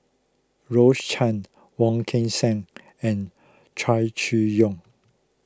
Rose Chan Wong Kan Seng and Chow Chee Yong